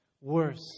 worse